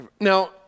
Now